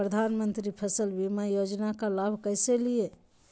प्रधानमंत्री फसल बीमा योजना का लाभ कैसे लिये?